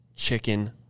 Chicken